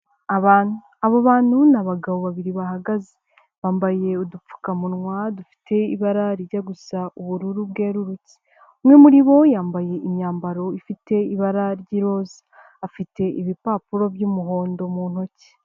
Abo bantu ni abagabo babiri bahagaze bambaye udupfukamunwa dufite ibarajya gusa ubururu bwerurutse umwe muri bo yambaye imyambaro ifite ibara ry'iroza, afite ibipapuro by'umuhondo mu ntoki.